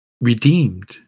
redeemed